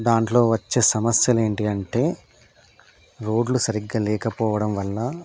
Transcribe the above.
దాంట్లో వచ్చే సమస్యలు ఏంటి అంటే రోడ్లు సరిగ్గా లేకపోవడం వల్ల